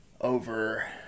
over –